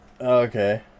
okay